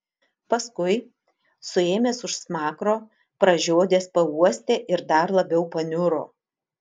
paskui suėmęs už smakro pražiodęs pauostė ir dar labiau paniuro